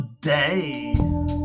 day